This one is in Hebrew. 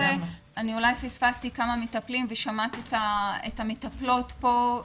אולי פספסתי כמה מטפלים ושמעתי את המטפלות פה,